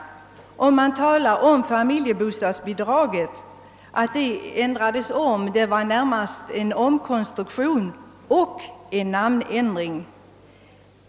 I fråga om det nya statliga bostadstillägget heter det att det närmast gällt en omkonstruktion och en namnändring.